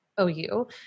OU